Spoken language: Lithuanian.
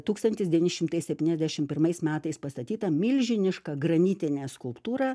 tūkstantis devyni šimtai septyniasdešim pirmais metais pastatyta milžiniška granitine skulptūra